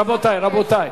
רבותי, רבותי.